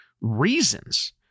reasons